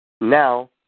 Now